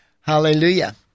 Hallelujah